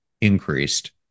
increased